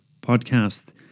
podcast